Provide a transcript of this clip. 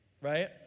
right